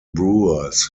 brewers